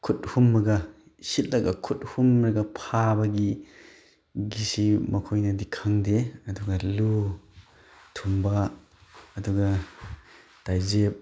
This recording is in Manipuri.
ꯈꯨꯠ ꯍꯨꯝꯃꯒ ꯏꯁꯤꯠꯂꯒ ꯈꯨꯠ ꯍꯨꯝꯃꯒ ꯐꯥꯕꯒꯤꯁꯤ ꯃꯈꯣꯏꯅꯗꯤ ꯈꯪꯗꯦ ꯑꯗꯨꯒ ꯂꯨ ꯊꯨꯝꯕ ꯑꯗꯨꯒ ꯇꯥꯏꯖꯦꯞ